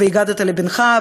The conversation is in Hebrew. "והגדת לבנך",